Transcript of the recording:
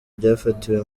byafatiwe